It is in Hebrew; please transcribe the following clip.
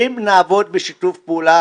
אם נעבוד בשיתוף פעולה,